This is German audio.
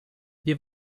wir